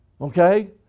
okay